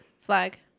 flag